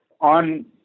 on